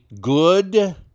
good